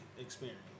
experience